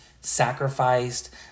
sacrificed